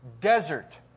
desert